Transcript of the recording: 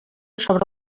sobre